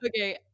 Okay